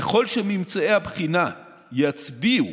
ככל שממצאי הבחינה יצביעו